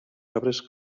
arbres